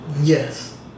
Yes